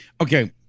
Okay